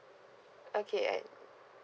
okay